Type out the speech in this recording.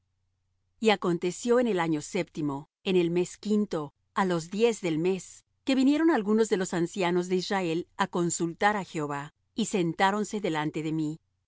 y acontecio en el año séptimo en el mes quinto á los diez del mes que vinieron algunos de los ancianos de israel á consultar á jehová y sentáronse delante de mí